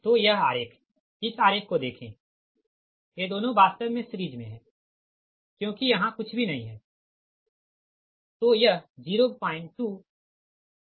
तो यह आरेख इस आरेख को देखे ये दोनों वास्तव मे सीरिज़ मे हैं क्योंकि यहाँ कुछ भी नहीं है